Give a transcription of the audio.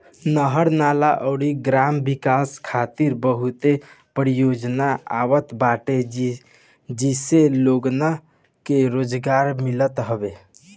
नहर, नाला अउरी ग्राम विकास खातिर बहुते परियोजना आवत बाटे जसे लोगन के रोजगार मिलत हवे